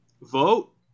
vote